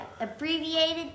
abbreviated